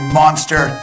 monster